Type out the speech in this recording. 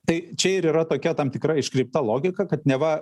tai čia ir yra tokia tam tikra iškreipta logika kad neva